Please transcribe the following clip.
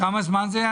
כמה זמן?